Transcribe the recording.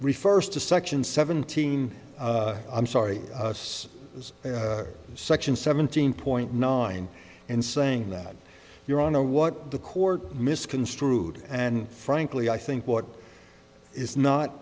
refers to section seventeen i'm sorry as section seventeen point nine and saying that you're on a what the court misconstrued and frankly i think what is not